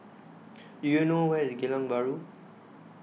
Do YOU know Where IS Geylang Bahru